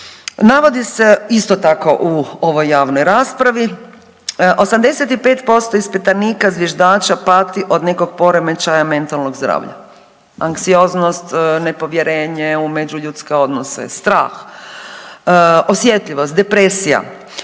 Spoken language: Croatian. navodi se isto tako u ovoj javnoj raspravi 85% ispitanika zviždača pati od nekog poremećaja mentalnog zdravlja, anksioznost, nepovjerenje u međuljudske odnose, strah, osjetljivost, depresija,